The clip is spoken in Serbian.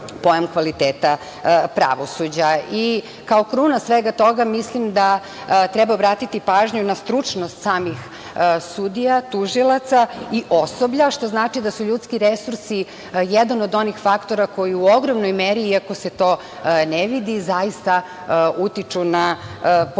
pojam kvaliteta pravosuđa. Kao kruna svega toga, mislim da treba obratiti pažnju na stručnost samih sudija, tužilaca i osoblja, što znači da su ljudski resursi jedan od onih faktora koji u ogromnoj meri, iako se to ne vidi, zaista utiču na pojam